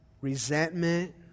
resentment